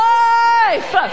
life